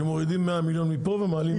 שמורידים 100 מיליון מפה ומעלים 100 מיליון שם.